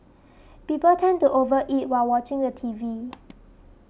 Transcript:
people tend to over eat while watching the T V